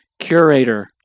Curator